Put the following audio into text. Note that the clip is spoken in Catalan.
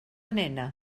nena